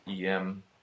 EM